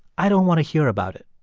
i don't want to hear about it.